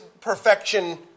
perfection